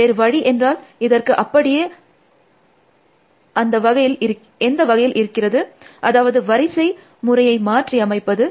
வேறு வழி என்றால் இதற்கு அப்படியே அதி வகையில் இருக்கிறது அதாவது வரிசை முறையை மாற்றி அமைப்பது